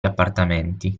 appartamenti